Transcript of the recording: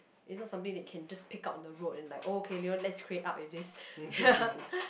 is not something that they can just pick up on the road and like okay Leo let's create up with this